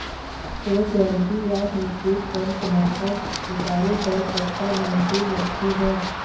एक एम.टी या metric ton टमाटर उतारे बर कतका मेहनती लगथे ग?